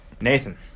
Nathan